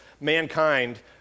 mankind